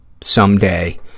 Someday